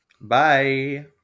bye